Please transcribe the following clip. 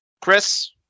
Chris